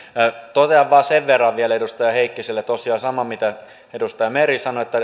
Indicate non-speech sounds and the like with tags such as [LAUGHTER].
totean vain vielä edustaja heikkiselle tosiaan saman mitä edustaja meri sanoi että [UNINTELLIGIBLE]